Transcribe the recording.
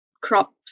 crops